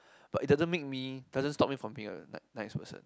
but it doesn't make me it doesn't stop me from being a nice person